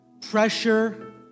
pressure